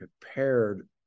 prepared